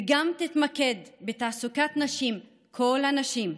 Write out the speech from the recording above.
וגם תתמקד בתעסוקת נשים, כל הנשים,